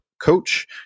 coach